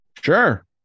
sure